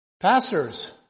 pastors